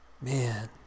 Man